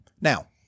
Now